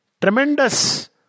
Tremendous